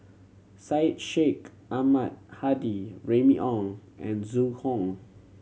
Syed Sheikh Ahmad Hadi Remy Ong and Zhu Hong